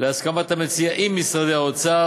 להסכמות המציע עם משרדי האוצר,